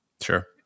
Sure